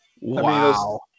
Wow